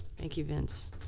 thank you vince.